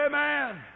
Amen